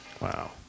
Wow